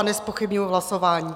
Nezpochybňuji hlasování.